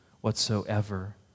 whatsoever